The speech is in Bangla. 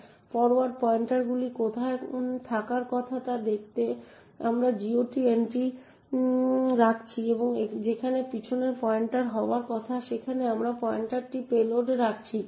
ফরোয়ার্ড পয়েন্টারগুলি কোথায় থাকার কথা তা দেখতে আমরা GOT এন্ট্রি রাখছি এবং যেখানে পিছনের পয়েন্টার হওয়ার কথা সেখানে আমরা পয়েন্টারটিকে পেলোডে রেখেছি